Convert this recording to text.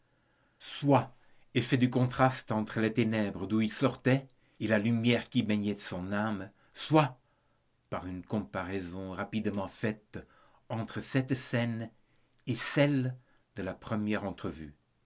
soit effet du contraste entre les ténèbres d'où il sortait et la lumière qui baignait son âme soit par une comparaison rapidement faite entre cette scène et celle de la première entrevue